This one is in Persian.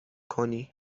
کنی